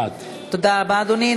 בעד תודה רבה, אדוני.